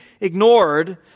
ignored